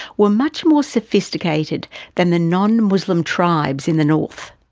were much more sophisticated than the non-muslim tribes in the north.